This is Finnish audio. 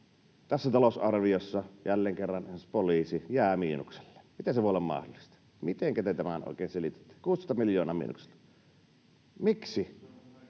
tässä talousarviossa jälleen kerran poliisi jää miinukselle. Miten se voi olla mahdollista? Mitenkä te tämän oikein selitätte? 16 miljoonaa miinukselle. Miksi?